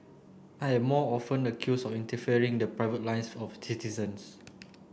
I am often accused of interfering in the private lives of citizens